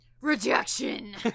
Rejection